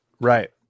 Right